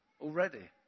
already